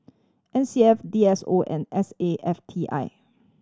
N C F D S O and S A F T I